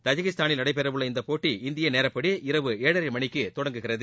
தஜிகிஸ்தானில் நடைபெறவுள்ள இப்போட்டி இந்திய நேரடிப்படி இரவு ஏழரை மணிக்கு தொடங்குகிறது